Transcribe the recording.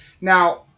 Now